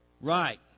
Right